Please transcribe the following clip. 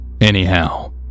Anyhow